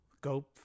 go